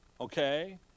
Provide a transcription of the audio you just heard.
okay